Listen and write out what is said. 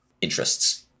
interests